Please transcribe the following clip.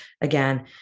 again